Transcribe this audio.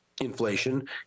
inflation